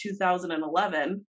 2011